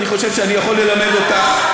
אני חושב שאני יכול ללמד אותך.